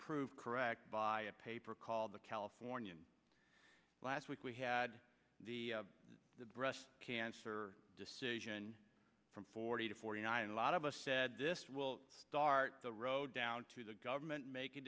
proved correct by a paper called the californian last week we had the breast cancer decision from forty to forty nine a lot of us said this will start the road down to the government making